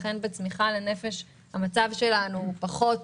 לכן בצמיחה לנפש המצב שלנו הוא פחות